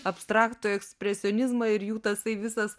abstraktų ekspresionizmą ir jų tasai visas